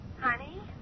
Honey